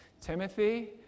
Timothy